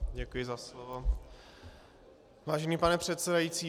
Děkuji za slovo, vážený pane předsedající.